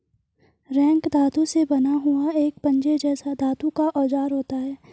rake धातु से बना हुआ एक पंजे जैसा धातु का औजार होता है